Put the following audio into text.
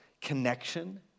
connection